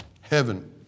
Heaven